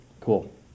Cool